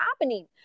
happening